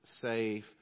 safe